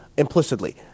Implicitly